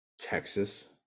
Texas